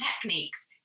techniques